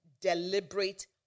deliberate